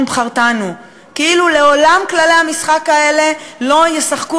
בחרתנו"; כאילו לעולם כללי המשחק האלה לא ישחקו